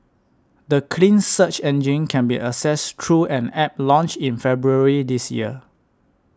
the clean search engine can be accessed through an App launched in February this year